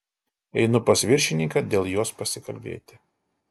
einu pas viršininką dėl jos pasikalbėti